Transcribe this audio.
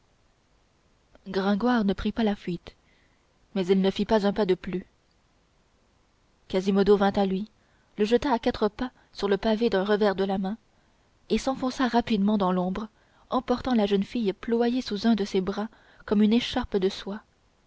gringoire ne prit pas la fuite mais il ne fit point un pas de plus quasimodo vint à lui le jeta à quatre pas sur le pavé d'un revers de la main et s'enfonça rapidement dans l'ombre emportant la jeune fille ployée sur un de ses bras comme une écharpe de soie